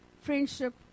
friendship